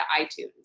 iTunes